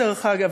דרך אגב,